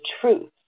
truth